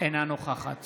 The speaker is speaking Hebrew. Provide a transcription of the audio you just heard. אינה נוכחת